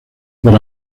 por